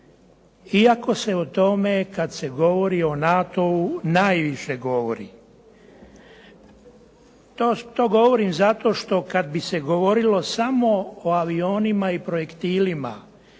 iako se o tome kada se govorio o NATO-u najviše govori. To govorim zato što kad bi se govorilo samo o avionima i projektilima